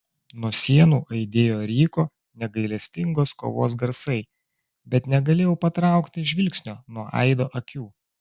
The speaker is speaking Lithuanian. nuo sienų aidėjo ryko negailestingos kovos garsai bet negalėjau patraukti žvilgsnio nuo aido akių